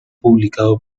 publicado